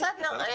בסדר.